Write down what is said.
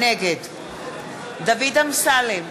נגד דוד אמסלם,